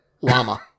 llama